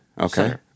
Okay